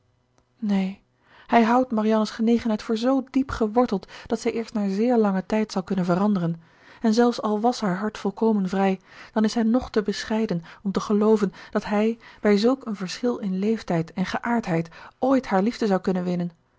neen hij houdt marianne's genegenheid voor zoo diepgeworteld dat zij eerst na zéér langen tijd zal kunnen veranderen en zelfs al was haar hart volkomen vrij dan is hij nog te bescheiden om te gelooven dat hij bij zulk een verschil in leeftijd en geaardheid ooit haar liefde zou kunnen winnen